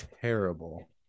terrible